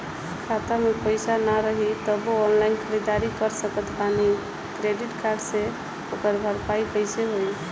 खाता में पैसा ना रही तबों ऑनलाइन ख़रीदारी कर सकत बानी क्रेडिट कार्ड से ओकर भरपाई कइसे होई?